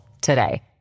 today